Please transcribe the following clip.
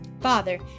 Father